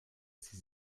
sich